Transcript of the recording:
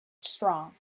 strong